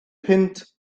punt